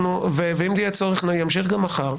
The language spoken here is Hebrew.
ואם יהיה צורך, הוא ימשיך גם מחר.